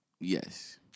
Yes